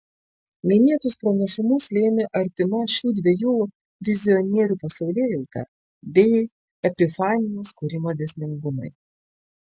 minėtus panašumus lėmė artima šių dviejų vizionierių pasaulėjauta bei epifanijos kūrimo dėsningumai